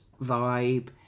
vibe